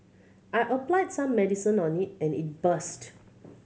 I applied some medicine on it and it burst